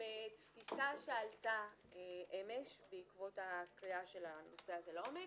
מבדיקה שהיתה אמש בעקבות הקריאה של הנושא הזה לעומק